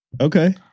Okay